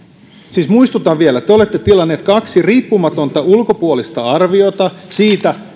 siis muistutan vielä te olette tilanneet kaksi riippumatonta ulkopuolista arviota siitä